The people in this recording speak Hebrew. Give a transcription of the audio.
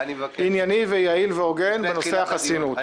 ענייני ויעיל והוגן בנושא החסינות.